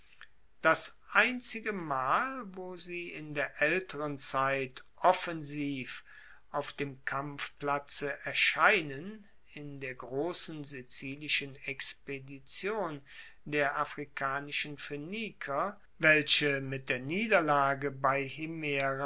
das einzige mal wo sie in der aelteren zeit offensiv auf dem kampfplatze erscheinen in der grossen sizilischen expedition der afrikanischen phoeniker welche mit der niederlage bei